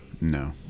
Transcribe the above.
No